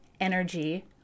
energy